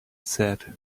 said